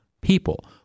people